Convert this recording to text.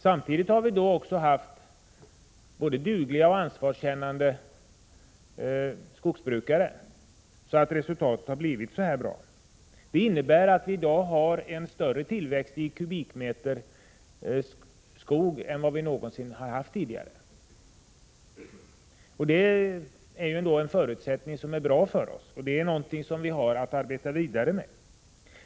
Samtidigt har vi haft både dugliga och ansvarskännande skogsbrukare, som medverkat till att resultatet har blivit så här bra. Vi har i dag större tillväxt i kubikmeter skog än vad vi någonsin haft tidigare. Det är en bra förutsättning, som vi har att arbeta vidare med.